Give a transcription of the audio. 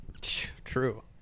True